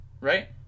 Right